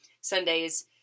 Sundays